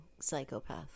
psychopath